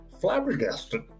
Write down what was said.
flabbergasted